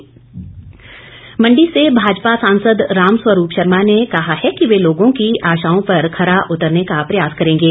रामस्वरूप मंडी से भाजपा सांसद रामस्वरूप शर्मा ने कहा है कि वे लोगों की आशाओं पर खरा उतरने का प्रयास करेंगे